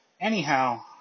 Anyhow